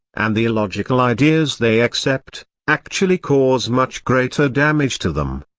and the illogical ideas they accept, actually cause much greater damage to them.